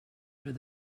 where